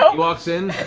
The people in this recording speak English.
um walks in,